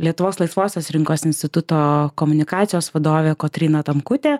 lietuvos laisvosios rinkos instituto komunikacijos vadovė kotryna tamkutė